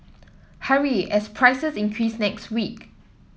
hurry as prices increase next week